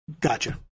Gotcha